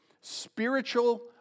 spiritual